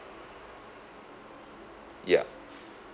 yup